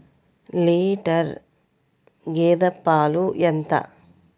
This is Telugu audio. లీటర్ గేదె పాలు ఎంత?